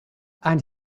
and